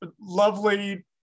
lovely